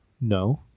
No